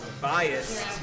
biased